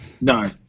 No